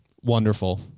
wonderful